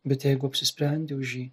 bet jeigu apsisprendi už jį